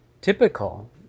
typical